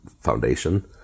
foundation